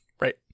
Right